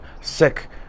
sick